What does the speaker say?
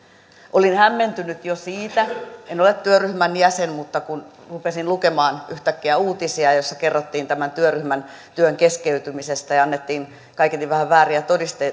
olin hämmentynyt jo siitä en ole työryhmän jäsen kun rupesin lukemaan yhtäkkiä uutisia joissa kerrottiin tämän työryhmän työn keskeytymisestä ja annettiin kaiketi vähän vääriä